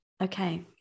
okay